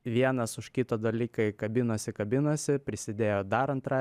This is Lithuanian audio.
vienas už kito dalykai kabinosi kabinosi prisidėjo dar antra